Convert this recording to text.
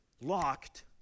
locked